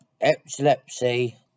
epilepsy